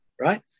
right